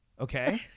Okay